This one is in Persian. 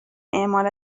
اعمال